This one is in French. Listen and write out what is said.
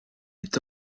est